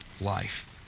life